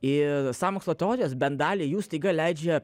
ir sąmokslo teorijos bent daliai jų staiga leidžia